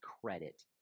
credit